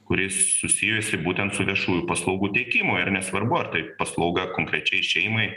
kuri susijusi būtent su viešųjų paslaugų teikimu ir nesvarbu ar tai paslauga konkrečiai šeimai